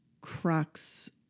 crux